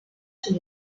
sur